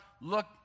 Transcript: look